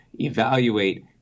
evaluate